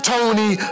Tony